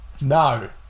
No